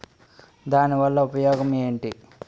దాని వల్ల ఉపయోగం ఎంటి?